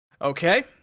Okay